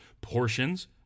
portions